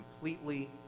completely